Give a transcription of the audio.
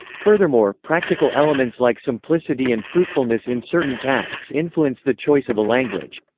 furthermore, practical elements like simplicity and fruitfulness in certain tasks influence the choice of a language.